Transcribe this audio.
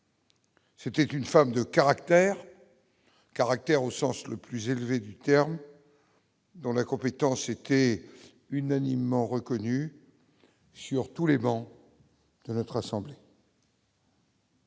C'est une femme de caractère caractère au sens le plus élevé du terme. Dont la compétence était unanimement reconnu sur tous les bancs de notre assemblée.